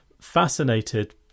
fascinated